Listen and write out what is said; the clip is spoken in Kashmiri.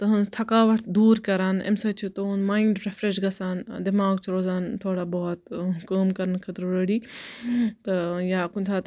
تِہٕنٛز تھَکاوَٹ دوٗر کَران امہ سۭتۍ چھُ تِہُنٛد مایِنڈ رِفریٚش گَژھان دماغ چھُ روزان تھوڑا بہت کٲم کَرنہٕ خٲطرٕ ریٚڈی تہٕ یا کُنہِ ساتہٕ